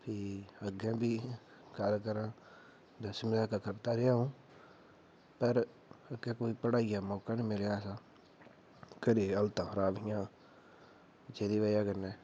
फ्ही अग्गैं बी गल्ल करां ते दसमी तकर पढ़दा रेहा अऊं पर इत्थैं कोई पढ़ाई दा मौका नीं मिलेआ घरें दी हलतां खराब हियां जेह्दी बजह् नै